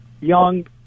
young